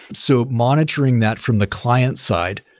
so monitoring that from the client side,